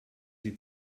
sie